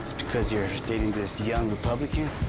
because you're dating this young republican?